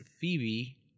Phoebe